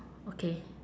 okay